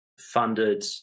funded